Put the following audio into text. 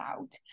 out